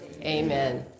Amen